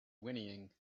whinnying